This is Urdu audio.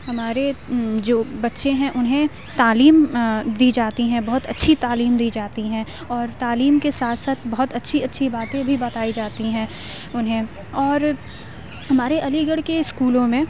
ہمارے جو بچے ہیں انہیں تعلیم دی جاتی ہیں بہت اچھی تعلیم دی جاتی ہیں اور تعلیم کے ساتھ ساتھ بہت اچھی اچھی باتیں بھی بتائی جاتی ہیں انہیں اور ہمارے علی گڑھ کے اسکولوں میں